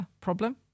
problem